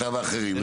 אתה ואחרים.